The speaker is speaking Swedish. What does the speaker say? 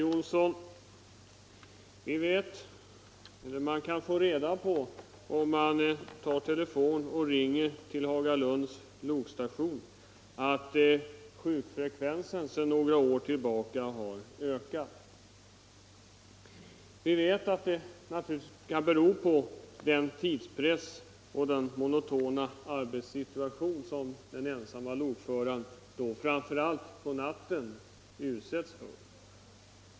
Fru talman! Man kan, herr Johnsson i Blentarp, om man ringer upp Hagalunds lokstation få reda på att sjukfrekvensen bland lokförarna sedan några år tillbaka har ökat, och det kan naturligtvis bero på den tidspress och den monotona arbetssituation som den ensamme lokföraren utsätts för, framför allt på natten.